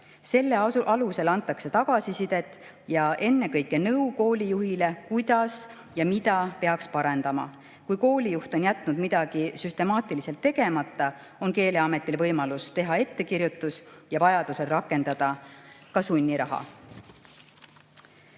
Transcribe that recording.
Selle alusel antakse tagasisidet ja ennekõike nõu koolijuhile, kuidas ja mida peaks parendama. Kui koolijuht on jätnud midagi süstemaatiliselt tegemata, on Keeleametil võimalus teha ettekirjutus ja vajaduse korral rakendada ka sunniraha.